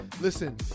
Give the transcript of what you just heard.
Listen